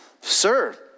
Sir